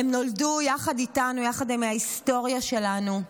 הם נולדו יחד איתנו, יחד עם ההיסטוריה שלנו.